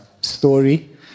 story